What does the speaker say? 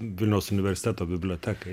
vilniaus universiteto biblioteką